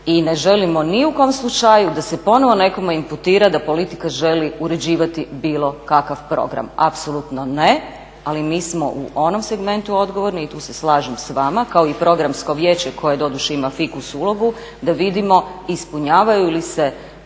i ne želimo ni u kom slučaju da se ponovo nekome inputira da politika želi uređivati bilo kakav program. Apsolutno ne, ali mi smo u onom segmentu odgovorni i tu se slažem sa vama kao i Programsko vijeće koje doduše ima fikus ulogu da vidimo ispunjavaju li se